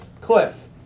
Cliff